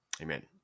Amen